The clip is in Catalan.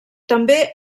també